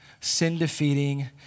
sin-defeating